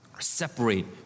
Separate